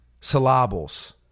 Syllables